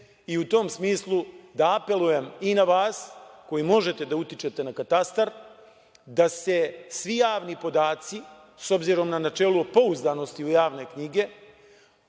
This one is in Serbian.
i u tom smislu da apelujem i na vas koji možete da utičete na katastar, da se svi javni podaci, s obzirom na načelo pouzdanosti u javne knjige